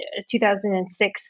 2006